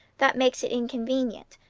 that makes it inconvenient.